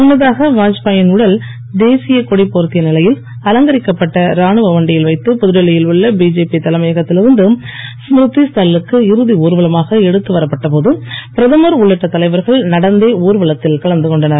முன்னதாக வாத்பாயின் உடல் தேசிய கொடி போர்த்திய நிலையில் அலங்கரிக்கப்பட்ட ராணுவ வண்டியில் வைத்து புதுடெல்லியில் உள்ள பிஜேபி தலைமையகத்தில் இருந்து ஸ்மிருதி ஸ்தல் லுக்கு இறுதி ஊர்வலமாக எடுத்து வரப்பட்ட போது பிரதமர் உள்ளிட்ட தலைவர்கள் நடந்தே ஊர்வலத்தில் கலந்து கொண்டனர்